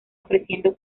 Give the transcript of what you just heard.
ofreciendo